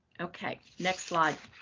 okay. next slide.